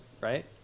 right